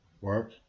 work